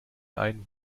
einen